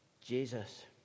Jesus